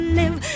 live